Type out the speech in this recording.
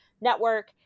network